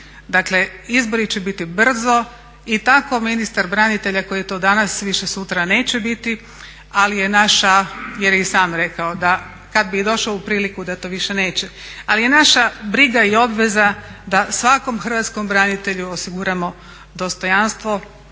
Dakle izbori će biti brzo i tako ministar branitelja koji je to danas, više sutra neće biti, ali je naša jer je i sam rekao da kada bi došao u priliku da to više neće, ali je naša briga i obveza da svakom hrvatskom branitelju osiguramo dostojanstvo